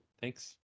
Thanks